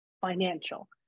financial